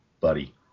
buddy